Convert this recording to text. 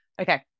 Okay